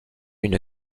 une